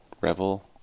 Revel